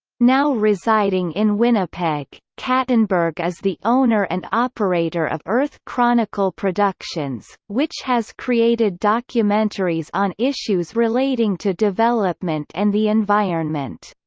now residing in winnipeg, kattenburg is the owner and operator of earth chronicle productions, which has created documentaries on issues relating to development and the environment.